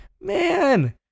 man